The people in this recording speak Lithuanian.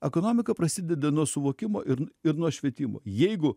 ekonomika prasideda nuo suvokimo ir ir nuo švietimo jeigu